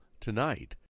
tonight